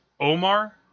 Omar